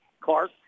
Clark